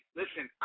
listen